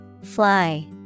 Fly